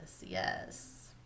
yes